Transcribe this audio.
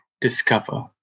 discover